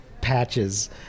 patches